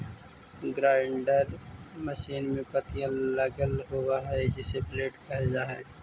grinder machine में पत्तियाँ लगल होव हई जिसे ब्लेड कहल जा हई